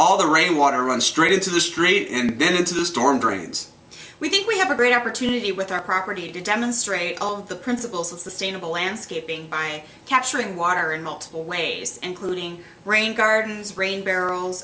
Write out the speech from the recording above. all the rainwater run straight into the straight and then into the storm drains we think we have a great opportunity with our property to demonstrate all the principles of sustainable landscaping by capturing water in multiple ways including rain gardens rain barrels